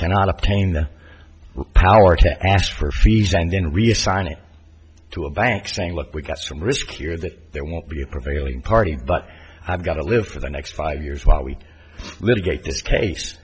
cannot obtain the power to ask for fees and then reassigning to a bank saying look we've got some risk here that there won't be a prevailing party but i've got to live for the next five years while we litigate this case